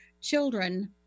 children